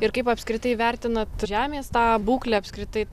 ir kaip apskritai vertinat žemės tą būklę apskritai